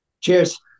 Cheers